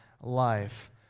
life